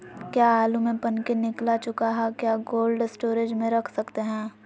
क्या आलु में पनकी निकला चुका हा क्या कोल्ड स्टोरेज में रख सकते हैं?